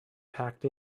packed